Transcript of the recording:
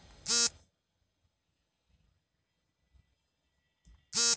ಈ ತಿಂಗಳು ಸಾಲ ಮರುಪಾವತಿ ಅನಾನುಕೂಲವಾಗಿದ್ದರೆ ಮುಂದಿನ ತಿಂಗಳಲ್ಲಿ ಮಾಡಬಹುದೇ?